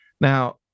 now